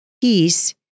Peace